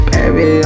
Baby